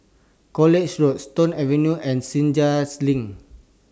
College Road Stone Avenue and Senja's LINK